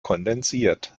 kondensiert